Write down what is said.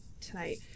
tonight